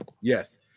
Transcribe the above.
Yes